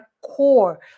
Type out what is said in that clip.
core